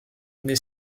née